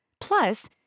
Plus